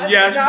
Yes